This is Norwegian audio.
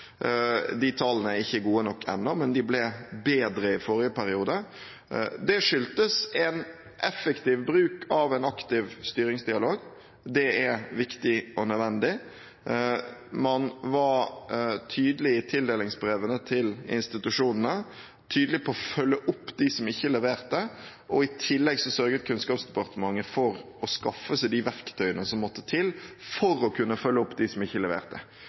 De tallene er ikke gode nok ennå, men de ble bedre i forrige periode. Det skyldtes en effektiv bruk av en aktiv styringsdialog. Det er viktig og nødvendig. Man var tydelig i tildelingsbrevene til institusjonene, tydelig på å følge opp dem som ikke leverte. I tillegg sørget Kunnskapsdepartementet for å skaffe seg de verktøyene som måtte til for å kunne følge opp dem som ikke leverte,